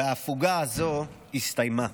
וההפוגה הזאת הסתיימה.